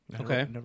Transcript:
Okay